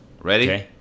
Ready